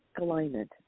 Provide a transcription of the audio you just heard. alignment